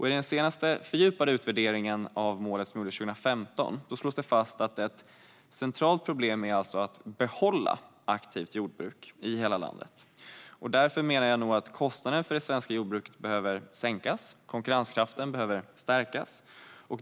I den senaste fördjupade utvärderingen av målet, som gjordes 2015, slås det fast att ett centralt problem är att behålla aktivt jordbruk i hela landet. Därför menar jag att kostnaderna för det svenska jordbruket behöver sänkas och konkurrenskraften stärkas.